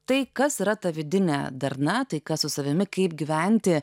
tai kas yra ta vidinė darna taika su savimi kaip gyventi